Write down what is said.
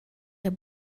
der